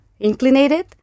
inclinated